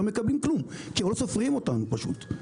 לא מקבלים כלום כי לא סופרים אותנו פשוט.